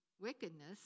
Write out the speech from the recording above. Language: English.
wickedness